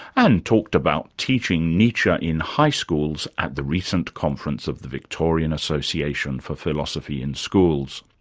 and talked about teaching nietzsche in high schools at the recent conference of the victorian association for philosophy in schools.